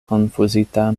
konfuzita